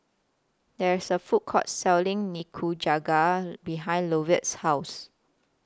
There IS A Food Court Selling Nikujaga behind Lovett's House